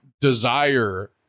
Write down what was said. desire